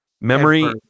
Memory